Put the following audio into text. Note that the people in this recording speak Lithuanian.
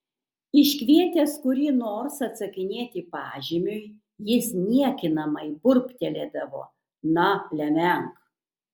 iškvietęs kurį nors atsakinėti pažymiui jis niekinamai burbteldavo na lemenk